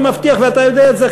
אני מבטיח ואתה יודע את זה,